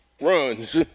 runs